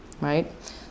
right